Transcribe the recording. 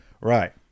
Right